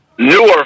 newer